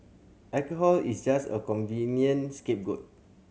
alcohol is just a convenient scapegoat